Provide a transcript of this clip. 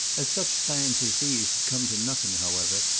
as such plans as these had come to nothing, however,